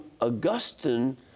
Augustine